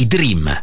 Dream